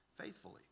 faithfully